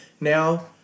Now